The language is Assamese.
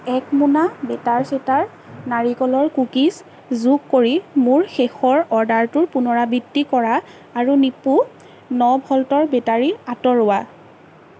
এক মোনা বেটাৰ চেটাৰ নাৰিকলৰ কুকিছ যোগ কৰি মোৰ শেষৰ অৰ্ডাৰটোৰ পুনৰাবৃত্তি কৰা আৰু নিপ্পো ন ভল্টৰ বেটাৰী আঁতৰোৱা